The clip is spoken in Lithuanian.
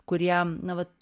kurie na vat